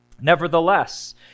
Nevertheless